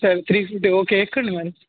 సరే three fifty okay ఎక్కండి మరి